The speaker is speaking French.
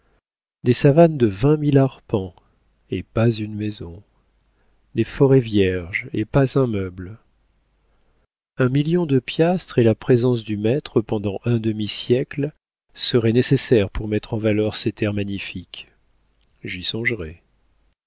des savanes de vingt mille arpents et pas une maison des forêts vierges et pas un meuble un million de piastres et la présence du maître pendant un demi-siècle seraient nécessaires pour mettre en valeur ces terres magnifiques j'y songerai